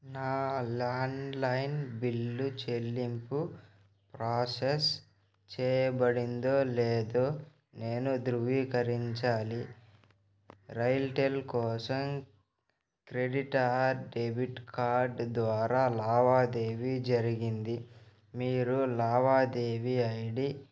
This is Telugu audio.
నా ల్యాండ్లైన్ బిల్లు చెల్లింపు ప్రోసెస్ చేయబడిందో లేదో నేను ధృవీకరించాలి రైల్టెల్ కోసం క్రెడిట్ ఆర్ డెబిట్ కార్డ్ ద్వారా లావాదేవీ జరిగింది మీరు లావాదేవీ ఐ డీ